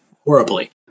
horribly